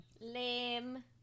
lame